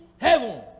heaven